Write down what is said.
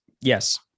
yes